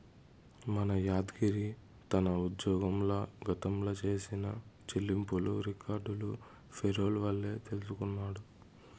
మన యాద్గిరి తన ఉజ్జోగంల గతంల చేసిన చెల్లింపులు రికార్డులు పేరోల్ వల్లే తెల్సికొన్నాడు